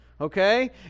Okay